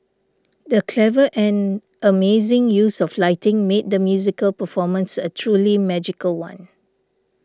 the clever and amazing use of lighting made the musical performance a truly magical one